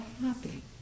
happy